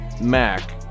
Mac